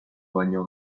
baino